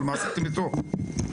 מה עשיתם אתו?